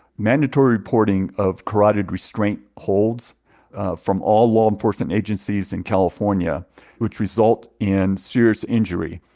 mandatory reporting of carotid restraint holds from all law enforcement agencies in california which result in serious injury,